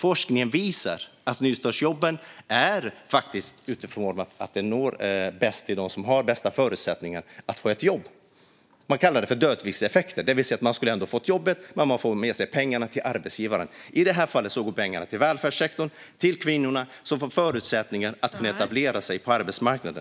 Forskningen visar att nystartsjobben bäst når dem som har de bästa förutsättningarna att få ett jobb. Det kallas dödviktseffekt, det vill säga att man ändå skulle ha fått jobbet men får med sig pengarna till arbetsgivaren. I detta fall går pengarna till välfärdssektorn, till kvinnorna, som får förutsättningar att etablera sig på arbetsmarknaden.